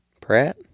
Pratt